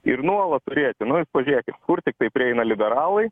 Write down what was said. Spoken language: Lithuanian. ir nuolat turėti nu jūs pažiūrėkit kur tiktai prieina liberalai